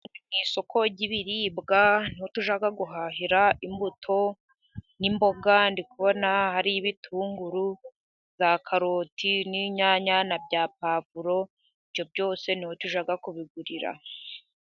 Mu isoko ry'ibiribwa ni ho tujya guhahira imbuto n'imboga, ndikubona hariyo ibitunguru ,za karoti n'inyanya, bya pavuro ibyo byose ni ho tujya kubigurira.